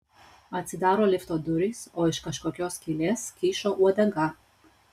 atsidaro lifto durys o iš kažkokios skylės kyšo uodega